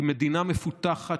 היא מדינה מפותחת,